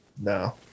No